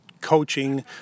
coaching